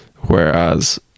whereas